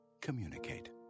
Communicate